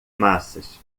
massas